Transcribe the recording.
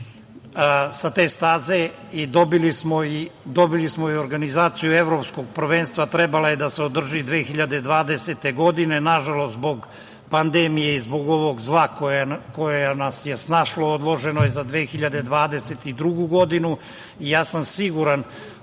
sa te staze, a dobili smo i organizaciju evropskog prvenstva, trebalo je da se održi 2020. godine. Nažalost, zbog pandemije i zbog ovog zla koje nas je snašlo, odloženo je za 2022. godinu. Ja sam siguran